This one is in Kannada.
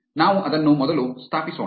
ನಾವು ಅದನ್ನು ಮೊದಲು ಸ್ಥಾಪಿಸೋಣ